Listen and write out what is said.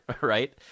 right